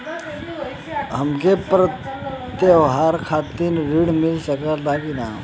हमके त्योहार खातिर त्रण मिल सकला कि ना?